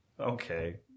okay